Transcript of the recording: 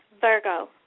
Virgo